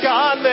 God